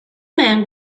men